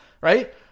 right